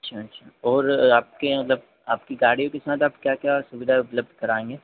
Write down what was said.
अच्छा अच्छा और आपके मतलब आपकी गाड़ियों के साथ आप क्या क्या सुविधाऍं उपलब्ध कराएँगे